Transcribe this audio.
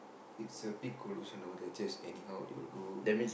it's a big collision they just anyhow they will go